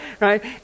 right